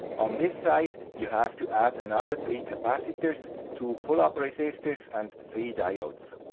on this side, you have to add another three capacitors, two pullup resistors, and three diodes.